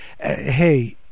hey